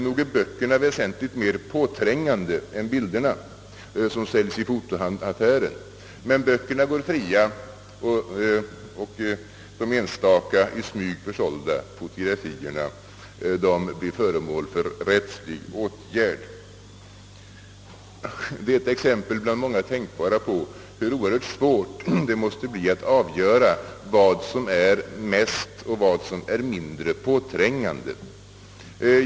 Nog är böckerna väsentligt mer påträngande än bilderna som säljs i fotoaffären. Men böckerna går fria och de enstaka, i smyg försålda fotografierna blir föremål för rättslig åtgärd. Det är ett exempel av många tänkbara på hur oerhört svårt det måste bli att avgöra vad som är mer och vad som är mindre påträngande.